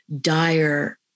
dire